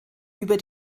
über